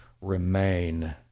remain